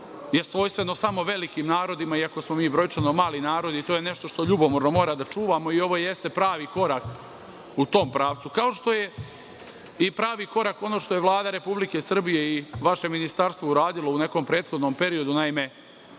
je svojstveno samo velikim narodima, iako smo mi brojčano mali narod i to je nešto što ljubomorno mora da čuvamo i ovo jeste pravi korak u tom pravcu. Kao što je i pravi korak ono što je Vlada Republike Srbije i vaše Ministarstvo uradilo u nekom prethodnom periodu, naime,